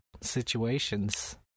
situations